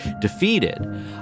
defeated